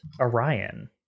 Orion